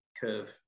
curve